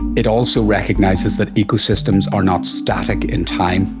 it also recognises that ecosystems are not static in time,